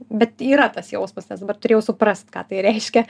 bet yra tas jausmas nes dabar turėjau suprast ką tai reiškia